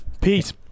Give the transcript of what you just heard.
Peace